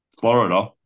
Florida